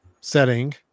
setting